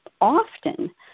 often